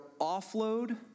offload